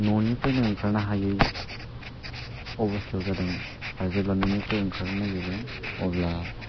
न'निफ्रायनो ओंखारनो हायै अब'स्थायाव जादों आरो जेब्ला न'निफ्राय ओंखारनो नागिरो अब्ला